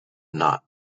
not